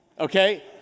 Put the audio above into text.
Okay